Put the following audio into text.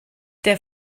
der